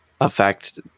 affect